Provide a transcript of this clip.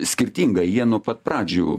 skirtingai jie nuo pat pradžių